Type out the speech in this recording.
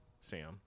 Sam